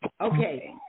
Okay